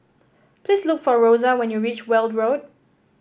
please look for Rosa when you reach Weld Road